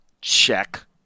Check